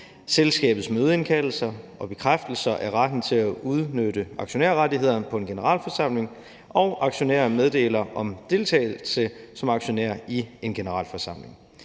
selskabets mødeindkaldelser og bekræftelser af retten til at udnytte aktionærrettighederne på en generalforsamling, og når aktionærer meddeler om deltagelse som aktionær i en generalforsamling.